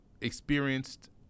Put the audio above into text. experienced